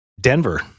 Denver